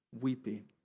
weeping